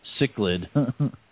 Cichlid